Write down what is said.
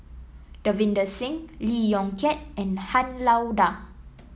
Davinder Singh Lee Yong Kiat and Han Lao Da